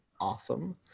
awesome